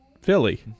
Philly